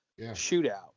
shootout